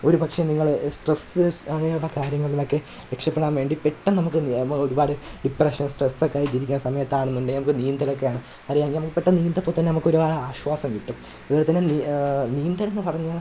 ഒരു പക്ഷെ നിങ്ങൾ സ്ട്രെസ്സ അങ്ങനെയുള്ള കാര്യങ്ങളിലൊക്കെ രക്ഷപ്പെടാന് വേണ്ടി പെട്ടെന്ന് നമുക്ക് എന്തു ഒരുപാട് ഡിപ്പ്രഷൻ സ്ട്രെസ്സൊക്കെ ഇതിരിക്കുന്ന സമയത്താണന്നു ണ്ടെങ്കിൽ നമുക്ക് നീന്തലൊക്കെയാണ് അറിയാമെങ്കിൽ നമുക്ക് പെട്ടെന്ന് നീന്തിയപ്പോൾ തന്നെ നമക്ക് ഒരുപാട് ആശ്വാസം കിട്ടും ഇതുപോലെ തന്നെ നീന്തലെന്ന് പറഞ്ഞാ